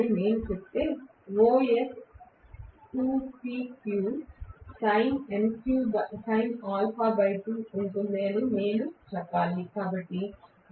అని నేను చెబితే OS ఉంటుంది అని నేను చెప్పాలి